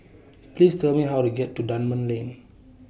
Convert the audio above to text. Please Tell Me How to get to Dunman Lane